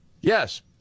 Yes